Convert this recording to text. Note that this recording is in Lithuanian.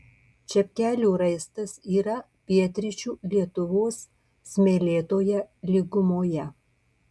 čepkelių raistas yra pietryčių lietuvos smėlėtoje lygumoje